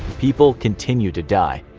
people continue to die.